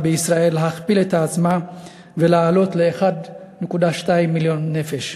בישראל להכפיל את עצמה ולעלות ל-1.2 מיליון נפש.